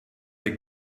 dir